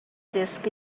disk